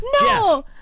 No